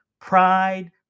Pride